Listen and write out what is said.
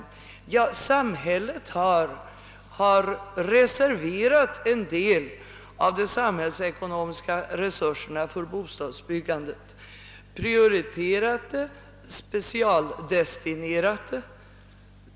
Ja, samhället har reserverat en del av de samhällsekonomiska resurserna för bostadsbyggandet, prioriterat dem, spe eialdestinerat dem.